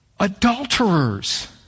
Adulterers